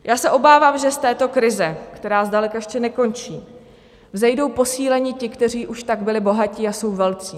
Já se obávám, že z této krize, která zdaleka ještě nekončí, vzejdou posíleni ti, kteří už tak byli bohatí a jsou velcí.